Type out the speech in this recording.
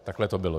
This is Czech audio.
Takhle to bylo.